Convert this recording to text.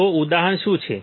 તો ઉદાહરણ શું છે